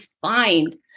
find